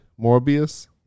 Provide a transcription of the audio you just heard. Morbius